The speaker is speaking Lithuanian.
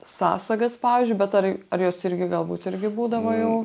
sąsagas pavyzdžiui bet ar ar jos irgi galbūt irgi būdavo jau